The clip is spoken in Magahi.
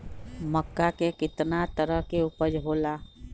मक्का के कितना तरह के उपज हो ला?